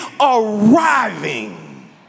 arriving